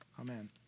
Amen